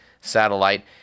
satellite